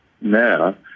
now